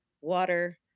water